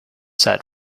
set